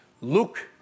look